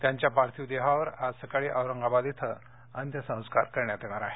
त्यांच्या पार्थिव देहावर आज सकाळी औरंगाबाद ब्रिं अंत्यसंस्कार करण्यात येणार आहेत